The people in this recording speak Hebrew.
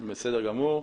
בסדר גמור.